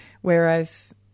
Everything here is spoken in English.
whereas